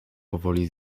powoli